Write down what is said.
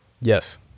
Yes